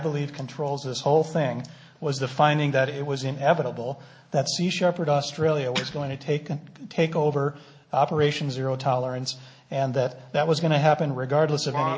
believe controls this whole thing was the finding that it was inevitable that sea shepherd australia was going to take take over operations or zero tolerance and that that was going to happen regardless of o